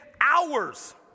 hours